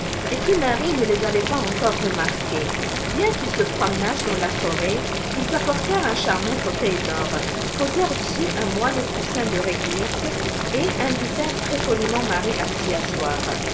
et que marie ne les avait pas encore remarqués bien qu'ils se promenassent dans la forêt ils apportèrent un charmant fauteuil d'or posèrent dessus un moelleux coussin de réglisse et invitèrent très-poliment marie à s'y asseoir